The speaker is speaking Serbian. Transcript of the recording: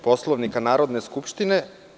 Poslovnika Narodne skupštine.